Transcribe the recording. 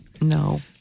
No